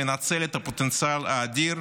לנצל את הפוטנציאל האדיר,